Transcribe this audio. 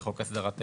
בחוק הסדרת העיסוק.